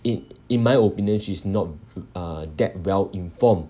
in in my opinion she's not uh that well informed